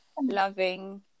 loving